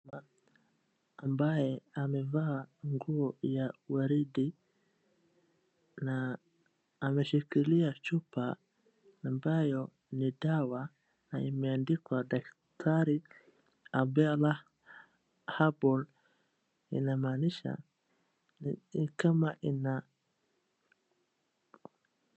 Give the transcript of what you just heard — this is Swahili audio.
Ambaye amevaa nguo ya gwaride na ameshikilia chupa ambayo ni dawa na imeandikwa daktari Ambela hapo inamanisha kama Ina.